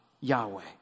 Yahweh